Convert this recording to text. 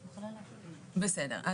בסדר.